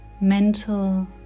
mental